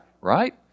right